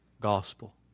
gospel